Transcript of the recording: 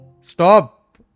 stop